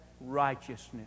righteousness